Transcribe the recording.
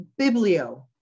biblio